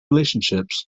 relationships